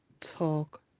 talk